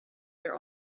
their